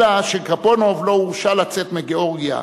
אלא שגפונוב לא הורשה לצאת מגאורגיה,